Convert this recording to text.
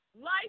life